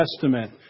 Testament